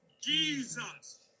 Jesus